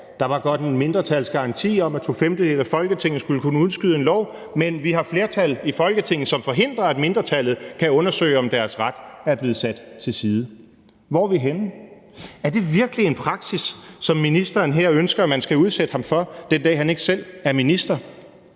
der var godt nok en mindretalsgaranti om, at to femtedele af Folketinget skulle kunne udskyde en lov, men vi har flertal i Folketinget, som forhindrer, at mindretallet kan undersøge om deres ret er blevet sat til side. Hvor er vi henne? Er det virkelig en praksis, som ministeren ønsker man skal udsætte ham for den dag, han ikke selv er minister?